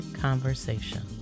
conversation